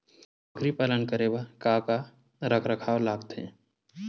बकरी पालन करे बर काका रख रखाव लगथे?